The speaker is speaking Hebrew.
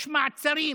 יש מעצרים